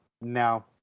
no